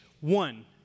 one